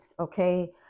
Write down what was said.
Okay